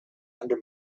under